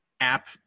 app